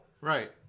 Right